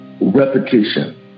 repetition